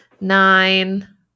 nine